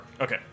Okay